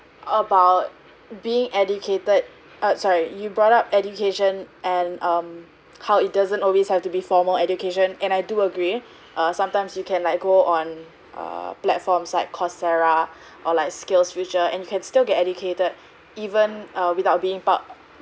about being educated uh sorry you brought up education and how it doesn't always have to be formal education and I do agree err sometimes you can like go on a platforms like coursera or like skillsfuture and can still get educated even without being park